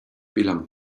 belong